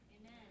Amen